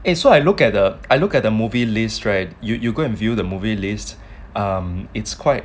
eh so I look at I look at the movie lists right you you go and view the movie list um it's quite